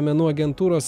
menų agentūros